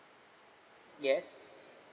yes